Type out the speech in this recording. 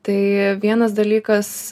tai vienas dalykas